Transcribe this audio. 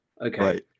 Okay